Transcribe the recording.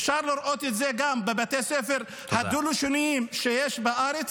אפשר לראות את זה גם בבתי ספר הדו-לשוניים שיש בארץ,